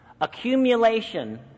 accumulation